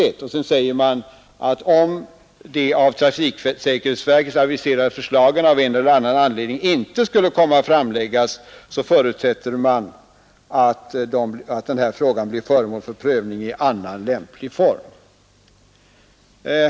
Utskottet förutsätter vidare att frågan — om de av trafiksäkerhetsverket aviserade förslagen av en eller annan anledning inte kommer att framläggas — blir föremål för prövning i annan lämplig form.